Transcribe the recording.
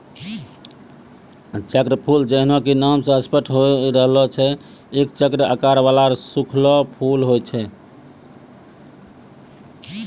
चक्रफूल जैन्हों कि नामै स स्पष्ट होय रहलो छै एक चक्र के आकार वाला सूखलो फूल होय छै